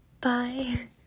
bye